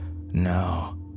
No